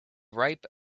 ripe